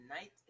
night